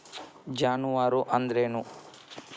ಜಾನುವಾರು ಅಂದ್ರೇನು?